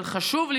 אבל חשוב לי